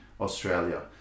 Australia